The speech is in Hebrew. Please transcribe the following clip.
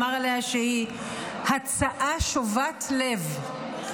אמר עליה שהיא "הצעה שובת לב".